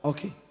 Okay